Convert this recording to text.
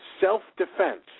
self-defense